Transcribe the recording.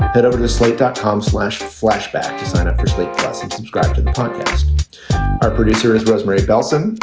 hit over the slate that tom slash flashback to sign up for slate plus and subscribe to the podcast our producer is rosemary bellson.